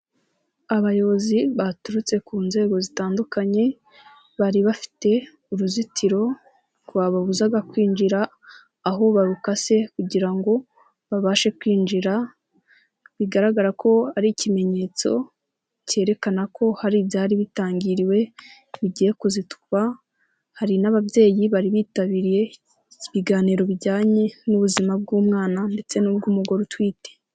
Abayobozi baturutse ku nzego zitandukanye, bari bafite uruzitiro rwababuzaga kwinjira, aho barukase kugira ngo babashe kwinjira, bigaragara ko ari ikimenyetso kerekana ko hari ibyari bitangiriwe bigiye kuziturwa, hari n'ababyeyi bari bitabiriye ibiganiro bijyanye n'ubuzima bw'umwana ndetse n'ubw'umugore utwite.